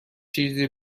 چیزی